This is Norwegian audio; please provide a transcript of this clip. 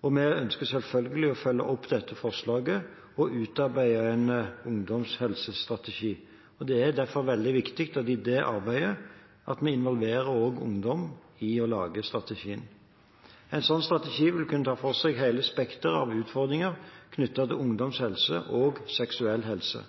og vi ønsker selvfølgelig å følge opp dette forslaget og utarbeide en ungdomshelsestrategi. Det er derfor veldig viktig at vi i det arbeidet også involverer ungdom i å lage strategien. En sånn strategi vil kunne ta for seg hele spekteret av utfordringer knyttet til ungdoms